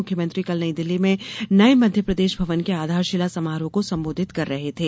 मुख्यमंत्री कल नई दिल्ली में नए मध्यप्रदेश भवन के आधारशिला समारोह को संबोधित कर रहे थे